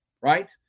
right